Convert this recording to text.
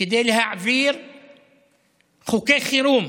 כדי להעביר חוקי חירום,